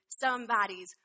somebody's